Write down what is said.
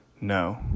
No